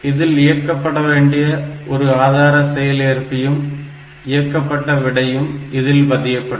இதில் இயக்கப்பட வேண்டிய ஒரு ஆதார செயல்ஏற்பியும் இயக்கப்பட்ட விடையும் இதில் பதியப்படும்